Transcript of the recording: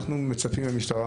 אנחנו מודים למשטרה,